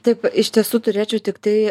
taip iš tiesų turėčiau tiktai